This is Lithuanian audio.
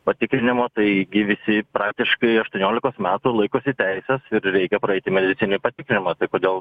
patikrinimo taigi visi praktiškai aštuoniolikos metų laikosi teises ir reikia praeiti medicininį patikrinimą tai kodėl